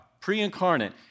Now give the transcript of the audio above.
pre-incarnate